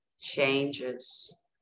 changes